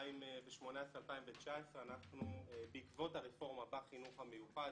2018-2019 בעקבות הרפורמה בחינוך המיוחד,